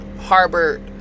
harbored